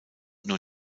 nur